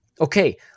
okay